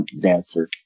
dancer